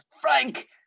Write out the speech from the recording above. Frank